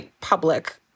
public